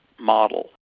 model